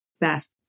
best